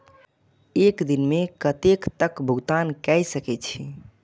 एक दिन में कतेक तक भुगतान कै सके छी